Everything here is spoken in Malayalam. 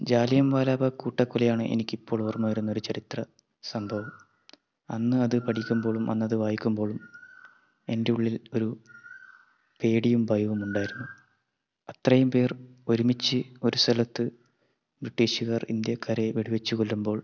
ജാലിയൻവാലാ ബാഗ് കൂട്ടക്കൊലയാണ് എനിക്കിപ്പോൾ ഓർമ്മവരുന്ന ഒരു ചരിത്ര സംഭവം അന്ന് അത് പഠിക്കുമ്പോഴും അന്ന് അത് വായിക്കുമ്പോഴും എൻ്റെ ഉള്ളിൽ ഒരു പേടിയും ഭയവുമുണ്ടായിരുന്നു അത്രയും പേർ ഒരുമിച്ച് ഒരു സ്ഥലത്ത് ബ്രിട്ടിഷുകാർ ഇന്ത്യക്കാരെ വെടിവെച്ച് കൊല്ലുമ്പോൾ